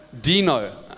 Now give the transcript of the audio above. Dino